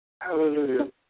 Hallelujah